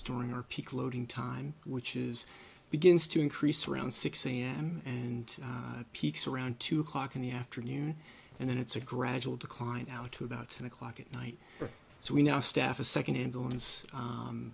our peak loading time which is begins to increase around six am and peaks around two o'clock in the afternoon and then it's a gradual decline now to about ten o'clock at night so we now staff a second